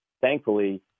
thankfully